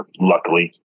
luckily